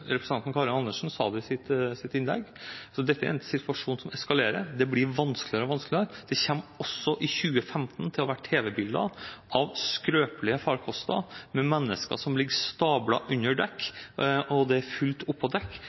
en situasjon som eskalerer. Det blir vanskeligere og vanskeligere. Vi kommer også i 2015 til å se tv-bilder av skrøpelige farkoster med mennesker som ligger stablet under dekk, og der det er fullt på dekk